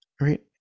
right